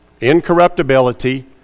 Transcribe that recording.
incorruptibility